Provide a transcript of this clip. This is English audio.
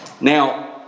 Now